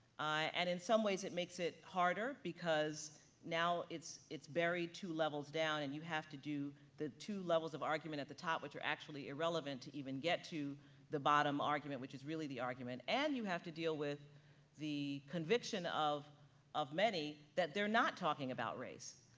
and in some ways, it makes it harder because now it's it's buried two levels down and you have to do the two levels of argument at the top, which are actually irrelevant to even get to the bottom argument, which is really the argument and you have to deal with the conviction of of many that they're not talking about race,